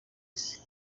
isi